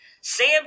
Sam